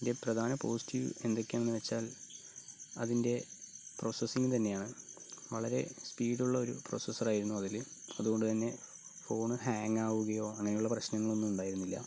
ഇതിൻ്റെ പ്രധാന പോസിറ്റീവ് എന്തൊക്കെയാണെന്ന് വെച്ചാൽ അതിൻ്റെ പ്രൊസസ്സിങ് തന്നെയാണ് വളരെ സ്പീടുള്ളൊരു പ്രൊസസ്സറായിരുന്നു അതിൽ അതുകൊണ്ടുതന്നെ ഫോൺ ഹേങ്ങാവുകയോ അങ്ങനെയുള്ള പ്രശ്നങ്ങളൊന്നും ഉണ്ടായിരുന്നില്ല